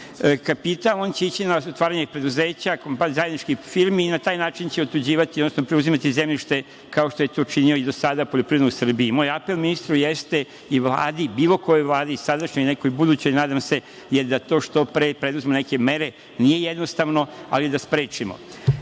kapital, on će ići na otvaranje preduzeća, zajedničkih firmi i na taj način će otuđivati, odnosno preuzimati zemljište kao što je to činio i do sada u Srbiji. Moj apel ministru jeste i Vladi, bilo kojoj vladi, sadašnjoj i nekoj budućoj, nadam se da što pre preduzme neke mere. Nije jednostavno, ali da sprečimo. Što